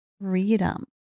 freedom